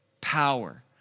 power